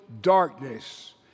darkness